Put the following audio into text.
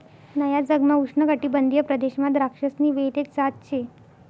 नया जगमा उष्णकाटिबंधीय प्रदेशमा द्राक्षसनी वेल एक जात शे